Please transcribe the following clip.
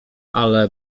ale